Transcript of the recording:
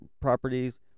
properties